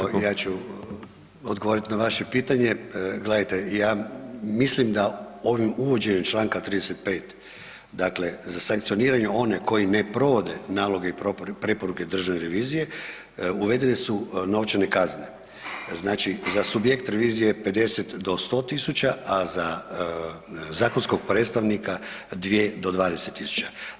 Pa evo ja ću odgovoriti na vaše pitanje, gledajte mislim da ovim uvođenjem čl. 35. dakle za sankcioniranje onih koji ne provode naloge i preporuke Državne revizije, uvedene su novčane kazne, znači za subjekt revizije je 50 do 100 000 a za zakonskog predstavnika 2 do 20 000.